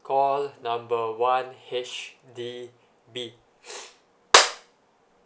call number one H_D_B